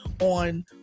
on